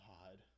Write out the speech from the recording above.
God